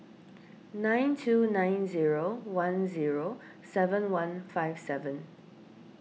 nine two nine zero one zero seven one five seven